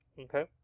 Okay